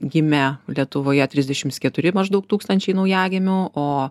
gimė lietuvoje trisdešims keturi maždaug tūkstančiai naujagimių o